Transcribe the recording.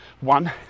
one